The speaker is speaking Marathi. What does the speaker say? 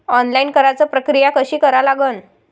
ऑनलाईन कराच प्रक्रिया कशी करा लागन?